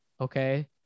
okay